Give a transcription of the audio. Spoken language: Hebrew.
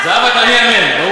זהבה, תעני אמן, אמן.